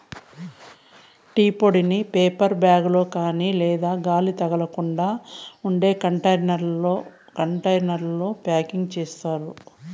tea పొడిని paper bag లో కాని లేదా గాలి తగలకుండా ఉండే కంటైనర్లలో ప్యాకింగ్ చేత్తారు